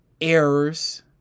errors